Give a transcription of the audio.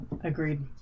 agreed